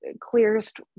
clearest